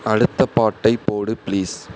அடுத்த பாட்டைப் போடு ப்ளீஸ்